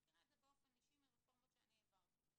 אני מכירה את זה באופן אישי מרפורמות שאני העברתי.